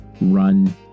run